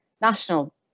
national